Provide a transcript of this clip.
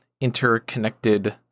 interconnected